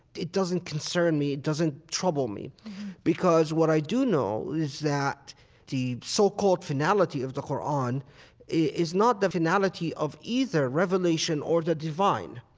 it doesn't concern me, it doesn't trouble me because what i do know is that the so-called finality of the qur'an is not the finality of either revelation or the divine.